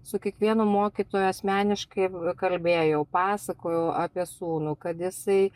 su kiekvienu mokytoju asmeniškai kalbėjau pasakojau apie sūnų kad jisai